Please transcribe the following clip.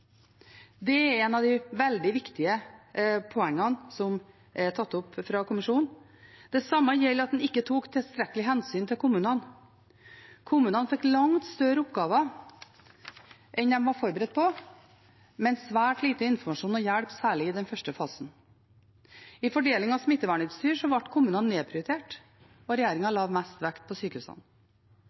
Det er et av de veldig viktige poengene som er tatt opp av kommisjonen. Det samme gjelder at en ikke tok tilstrekkelig hensyn til kommunene. Kommunene fikk langt større oppgaver enn de var forberedt på, men fikk svært lite informasjon og hjelp, særlig i den første fasen. I fordeling av smittevernutstyr ble kommunene nedprioritert, og regjeringen la mest vekt på sykehusene.